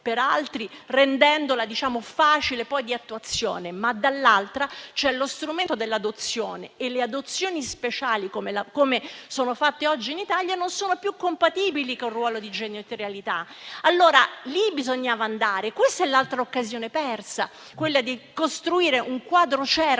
per altri rendendola di facile attuazione; ma, dall'altra, c'è lo strumento dell'adozione e le adozioni speciali, come sono fatte oggi in Italia, non sono più compatibili con il ruolo di genitorialità. È lì, allora, che bisognava incidere e questa è l'altra occasione persa, quella di costruire un quadro